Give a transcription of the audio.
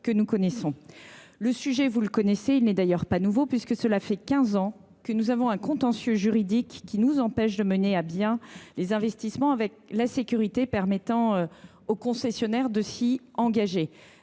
que nous connaissons. Vous connaissez le sujet. Il n’est d’ailleurs pas nouveau, puisque cela fait quinze ans qu’un contentieux juridique nous empêche de mener à bien ces investissements avec la sécurité permettant aux concessionnaires de s’y engager.